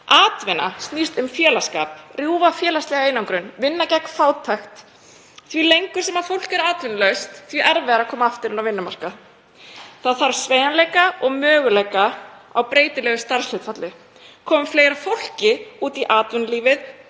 Atvinna snýst um félagsskap, að rjúfa félagslega einangrun, vinna gegn fátækt. Því lengur sem fólk er atvinnulaust því erfiðara er að koma aftur inn á vinnumarkað. Það þarf sveigjanleika og möguleika á breytilegu starfshlutfalli, koma fleira fólki út í atvinnulífið